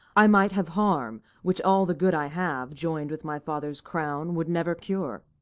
i might have harm, which all the good i have, join'd with my father's crown, would never cure.